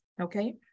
Okay